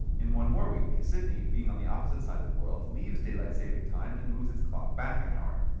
in one more week, sydney, being on the opposite side of the world, leaves daylight saving time and moves its clock back an hour.